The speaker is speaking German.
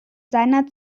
seiner